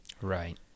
Right